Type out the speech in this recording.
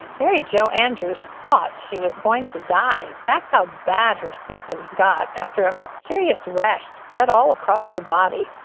mary jo andrews thought she was going to die. that's how bad her symptoms got after a mysterious rash spread all across her body,